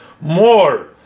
More